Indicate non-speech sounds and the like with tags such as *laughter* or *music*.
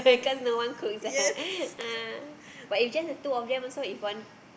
because no one cooks eh *laughs* ah but if just the two of them also if one